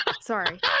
sorry